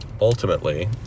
ultimately